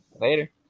later